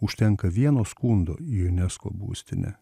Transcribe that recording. užtenka vieno skundo į junesko būstinę